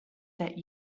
that